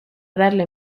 darle